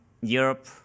Europe